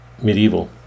Medieval